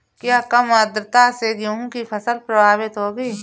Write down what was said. क्या कम आर्द्रता से गेहूँ की फसल प्रभावित होगी?